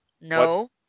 no